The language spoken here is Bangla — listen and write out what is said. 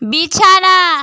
বিছানা